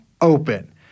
open